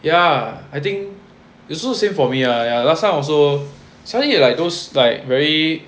ya I think is also the same for me ah ya last time also suddenly you like those like very